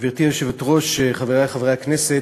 גברתי היושבת-ראש, חברי חברי הכנסת,